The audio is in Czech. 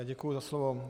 Děkuji za slovo.